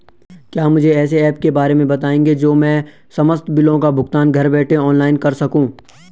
क्या मुझे ऐसे ऐप के बारे में बताएँगे जो मैं समस्त बिलों का भुगतान घर बैठे ऑनलाइन कर सकूँ?